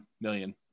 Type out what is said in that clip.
million